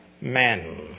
men